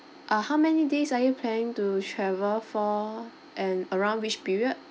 uh how many days are you planning to travel for and around which period